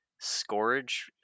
Scourge